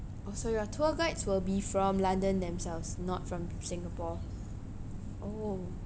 oh so your tour guides will be from london themselves not from singapore oh